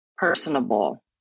personable